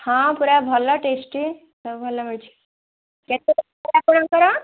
ହଁ ପୁରା ଭଲ ଟେଷ୍ଟି ସବୁ ଭଲ ମିଳୁଛି କେତେ ଦରକାର ଆପଣଙ୍କର